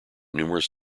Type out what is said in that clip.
numerous